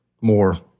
more